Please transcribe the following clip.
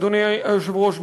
אדוני היושב-ראש,